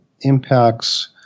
impacts